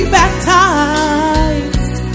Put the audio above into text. baptized